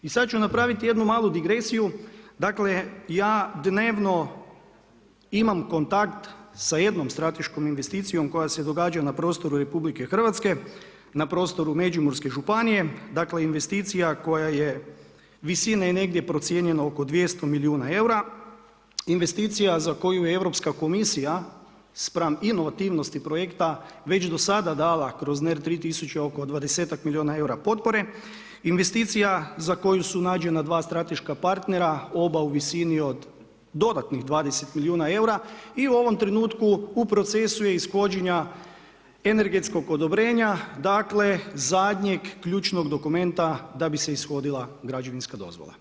I sada ću napraviti jednu malu digresiju, dakle ja dnevno imamo kontakt sa jednom strateškom investicijom koja se događa na prostoru RH, na prostoru Međimurske županije investicija koja je visine negdje procijenjeno oko 200 milijuna eura, investicija za koju Europska komisija spram inovativnosti projekta već do sada dala kroz … oko 20-ak milijuna eura potpore, investicija za koju su nađena dva strateška partnera oba u visini od dodatnih 20 milijuna eura i u ovom trenutku u procesu je ishođenja energetskog odobrenja zadnjeg ključnog dokumenta da bi se ishodila građevinska dozvola.